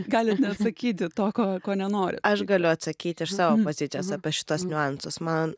galit neatsakyti to ko nenori aš galiu atsakyti iš savo pozicijos apie šituos niuansus man